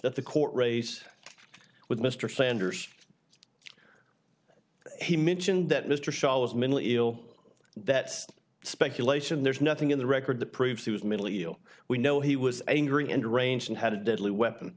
that the court race with mr sanders he mentioned that mr shaw was mentally ill that speculation there's nothing in the record to prove he was mentally ill we know he was angry and range and had a deadly weapon